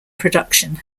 production